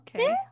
Okay